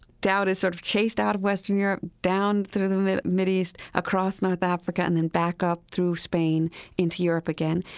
doubt is sort of chased out of western europe down through the mideast, across north africa, and then back up through spain into europe again.